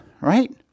right